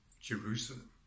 Jerusalem